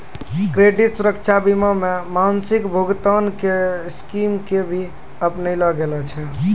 credit सुरक्षा बीमा मे मासिक भुगतान के स्कीम के भी अपनैलो गेल छै